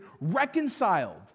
reconciled